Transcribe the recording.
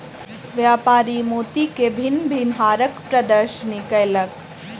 व्यापारी मोती के भिन्न भिन्न हारक प्रदर्शनी कयलक